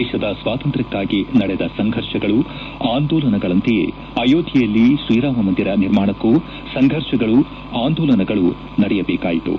ದೇಶದ ಸ್ವಾತಂತ್ರ್ಯಕ್ಷಾಗಿ ನಡೆದ ಸಂಘರ್ಷಗಳು ಆಂದೋಲನಗಳಂತೆಯೇ ಅಯೋಧ್ವೆಯಲ್ಲಿ ಶ್ರೀರಾಮ ಮಂದಿರ ನಿರ್ಮಾಣಕ್ಕೂ ಸಂಫರ್ಷಗಳು ಆಂದೋಲನಗಳು ನಡೆಯಬೇಕಾಯಿತು